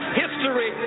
history